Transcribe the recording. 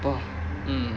!wah! mm